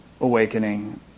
awakening